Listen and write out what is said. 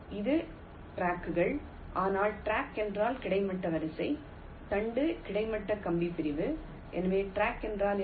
இது டிரங்க்குகள் ஆனால் ட்ராக் என்றால் கிடைமட்ட வரிசை தண்டு கிடைமட்ட கம்பி பிரிவு எனவே டிராக் என்றால் என்ன